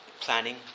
planning